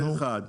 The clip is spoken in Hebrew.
זה אחת.